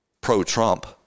pro-Trump